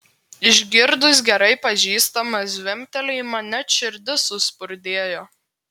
išgirdus gerai pažįstamą zvimbtelėjimą net širdis suspurdėjo